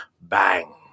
bang